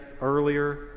earlier